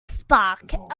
spark